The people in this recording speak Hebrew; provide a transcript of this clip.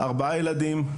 ארבעה ילדים,